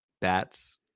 bats